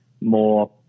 more